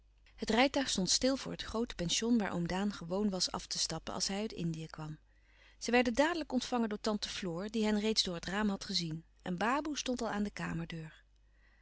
het rijtuig stond stil voor het groote pension waar oom daan gewoon was af te stappen als hij uit indië kwam zij werden louis couperus van oude menschen de dingen die voorbij gaan dadelijk ontvangen door tante floor die hen reeds door het raam had gezien een baboe stond al aan de